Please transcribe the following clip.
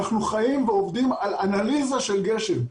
אנחנו חיים ועובדים על אנליזה של גשם.